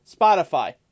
Spotify